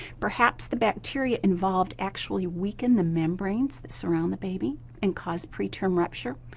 perhaps the bacteria involved actually weaken the membranes that surround the baby and cause preterm rupture,